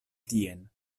tien